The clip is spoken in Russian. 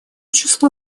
число